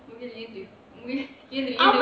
எந்திரி எந்திரி அவன்:enthiri endhiri avan